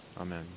Amen